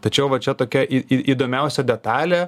tačiau va čia tokia į į įdomiausia detalė